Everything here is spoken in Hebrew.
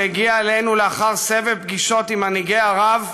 שהגיע אלינו לאחר סבב פגישות עם מנהיגי ערב המתונים,